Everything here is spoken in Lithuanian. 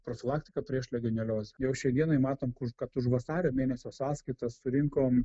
profilaktiką prieš legioneliozę jau šiandienai matom kad už vasario mėnesio sąskaitas surinkom